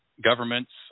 governments